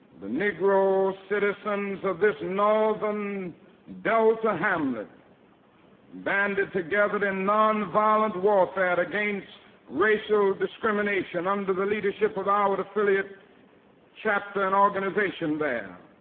the negro citizens of this northern delta hamlet banded together in nonviolent warfare against racial discrimination under the leadership of our affiliate chapter and organization there.